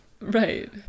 Right